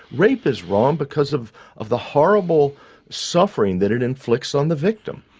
rape is wrong because of of the horrible suffering that it inflicts on the victim.